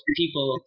people